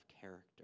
character